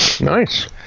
nice